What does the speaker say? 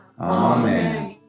Amen